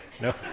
No